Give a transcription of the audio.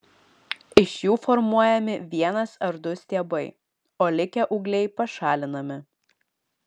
iš jų formuojami vienas ar du stiebai o likę ūgliai pašalinami